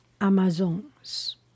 Amazons